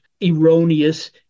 erroneous